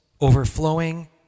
overflowing